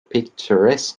picturesque